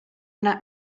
not